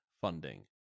funding